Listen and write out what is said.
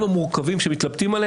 המורכבים בהם מתלבטים,